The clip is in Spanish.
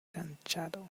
enganchado